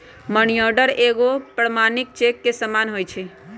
money order एगो प्रमाणिक cheque के समान होइ छै